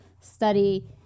study